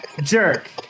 jerk